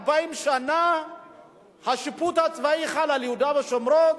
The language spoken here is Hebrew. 40 שנה השיפוט הצבאי חל על יהודה ושומרון,